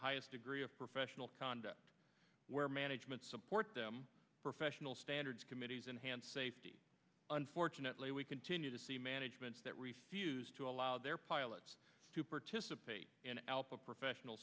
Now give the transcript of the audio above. highest degree of professional conduct where management support them professional standards committees enhanced safety unfortunately we continue to see managements that refuse to allow their pilots to participate in alpha professional